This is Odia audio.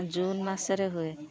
ଜୁନ ମାସରେ ହୁଏ